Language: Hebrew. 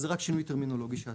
אז זה רק שינוי טרמינולוגי שעשו.